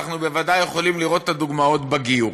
אנחנו בוודאי יכולים לראות את הדוגמאות בגיור.